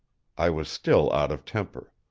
i was still out of temper.